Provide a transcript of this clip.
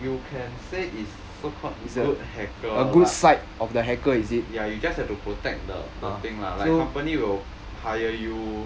you can say is so called good hacker but ya you just have to protect the the thing lah like company will hire you